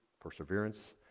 perseverance